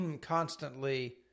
constantly